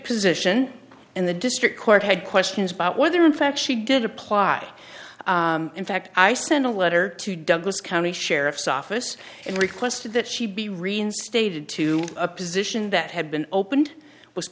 position in the district court had questions about whether in fact she did apply in fact i sent a letter to douglas county sheriff's office and requested that she be reinstated to a position that had been opened was